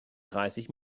dreißig